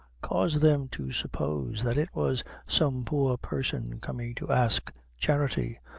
caused them to suppose that it was some poor person coming to ask charity,